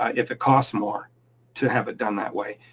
ah if it costs more to have it done that way.